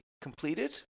completed